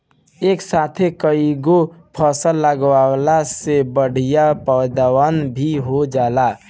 एक साथे कईगो फसल लगावला से बढ़िया पैदावार भी हो जाला